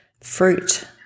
fruit